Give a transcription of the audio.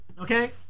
Okay